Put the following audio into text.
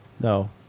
No